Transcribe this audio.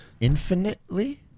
Infinitely